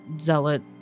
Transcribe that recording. zealot